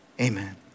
Amen